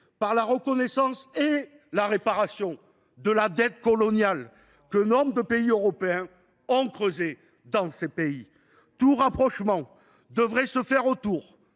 par la reconnaissance et la réparation de la dette coloniale que nombre de pays européens ont creusée dans ces pays. Tout rapprochement devrait être fondé sur